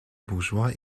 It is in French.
bourgeois